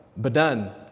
Badan